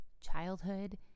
childhood